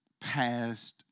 past